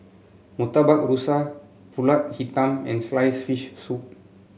Murtabak Rusa pulut hitam and sliced fish soup